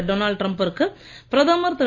Donald டிரம்பிற்கு பிரதமர் திரு